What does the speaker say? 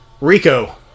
Rico